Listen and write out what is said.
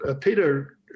Peter